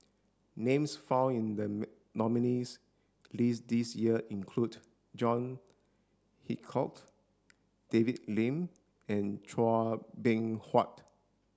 names found in the nominees' list this year include John Hitchcock David Lim and Chua Beng Huat